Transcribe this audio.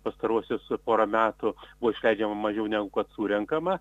pastaruosius porą metų buvo išleidžiama mažiau negu kad surenkama